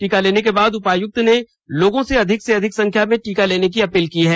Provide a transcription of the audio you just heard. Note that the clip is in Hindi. टीका लेने के बाद उपायुक्त ने लोगों से अधिक से अधिक संख्या में टीका लेने की अपील की है